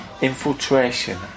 infiltration